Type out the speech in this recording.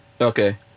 Okay